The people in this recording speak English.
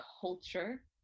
culture